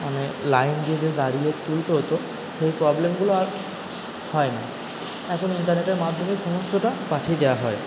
মানে লাইন দিয়ে যে দাঁড়িয়ে তুলতে হতো সেই প্রবলেমগুলো আর হয় না এখন ইন্টারনেটের মাধ্যমেই সমস্তটা পাঠিয়ে দেওয়া হয়